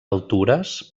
altures